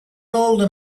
older